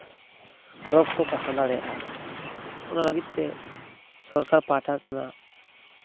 ᱨᱳᱜᱽ ᱠᱚ ᱯᱟᱥᱱᱟᱣ ᱫᱟᱲᱮᱜᱼᱟ ᱚᱱᱟ ᱞᱟᱹᱜᱤᱫᱛᱮ ᱥᱚᱨᱠᱟᱨ ᱯᱟᱦᱚᱴᱟ ᱠᱷᱚᱱᱟᱜ